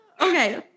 Okay